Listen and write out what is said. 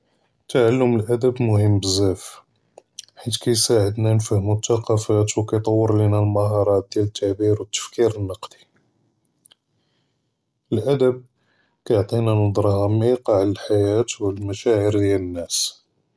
אה תַעַלֵּם אֶלְאַדַבּ מֻהִימּ בְּזַאף, חֵית כּיַסְעַדְנַא נְפְהְמוּ תַּקַאוּפַאת וּכיַטַווַר לִינַא אֶלְמְהָارַאת דִיַאל תַּעְבִּיר וּתַفْكִיר נִקְדִּי, אֶלְאַדַבּ כּיַעְטִינَا נَظْرַה עַמִיקָה עַלَى אֶלְחַיַاة וְאֶלְמְשַאעִיר דִיַאל נַאס.